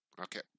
Okay